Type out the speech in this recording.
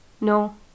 No